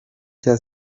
cya